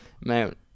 Man